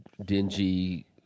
dingy